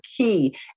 key